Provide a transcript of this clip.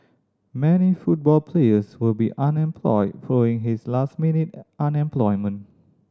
many football players will be unemployed following this last minute